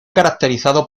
caracterizado